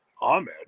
Ahmed